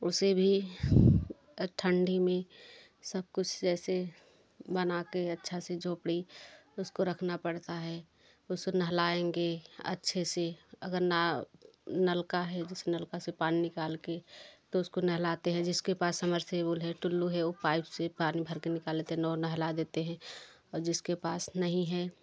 उसे भी ठंडी में सब कुछ जैसे बना के अच्छा से झोपड़ी उसको रखना पड़ता है उसे नहलाएँगे अच्छे से अगर न नलका है नलका से पानी निकाल के फ़िर उसको नहलाते हैं जिसके पास समरसेबुल है तो लोहे के पाइप से पानी भर के निकाल लेते हैं और नहला देते हैं जिसके पास नहीं है तो